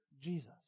Jesus